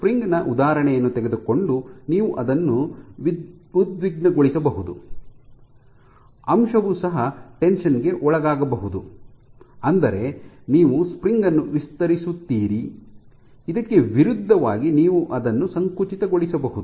spring ನ ಉದಾಹರಣೆಯನ್ನು ತೆಗೆದುಕೊಂಡು ನೀವು ಅದನ್ನು ಉದ್ವಿಗ್ನಗೊಳಿಸಬಹುದು ಅಂಶವು ಸಹ ಟೆನ್ಶನ್ ಗೆ ಒಳಗಾಗಬಹುದು ಅಂದರೆ ನೀವು ಸ್ಪ್ರಿಂಗ್ ಅನ್ನು ವಿಸ್ತರಿಸುತ್ತೀರಿ ಇದಕ್ಕೆ ವಿರುದ್ಧವಾಗಿ ನೀವು ಅದನ್ನು ಸಂಕುಚಿತಗೊಳಿಸಬಹುದು